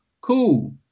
Cool